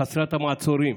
חסרת המעצורים,